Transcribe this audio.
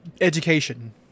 Education